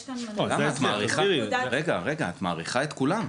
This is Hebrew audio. יש כאן --- רגע, את מאריכה את כולם.